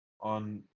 on